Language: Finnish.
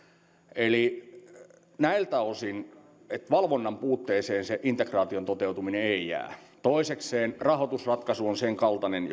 eli näiltä osin valvonnan puutteeseen se integraation toteutuminen ei jää toisekseen rahoitusratkaisu on sen kaltainen